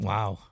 Wow